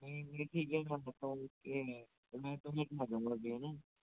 मैं दो मिनट में आ जाऊँगा है न